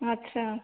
अच्छा